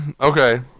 okay